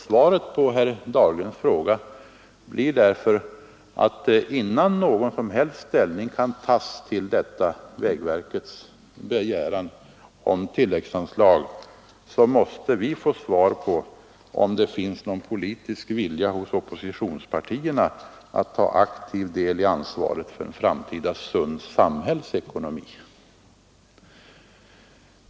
Svaret på herr Dahlgrens fråga blir därför att vi — innan någon som helst ställning kan tas till denna vägverkets begäran om tilläggsanslag — måste få svar på om det finns någon politisk vilja hos oppositionspartierna att ta aktiv del i ansvaret för en framtida sund samhällsekonomi.